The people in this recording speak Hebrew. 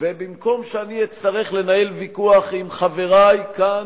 ובמקום שאני אצטרך לנהל ויכוח עם חברי כאן,